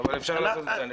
אבל אפשר לבדוק את זה.